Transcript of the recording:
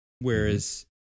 Whereas